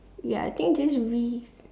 ya I think just Reese